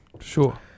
Sure